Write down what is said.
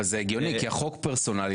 אבל זה הגיוני כי החוק הוא פרסונלי,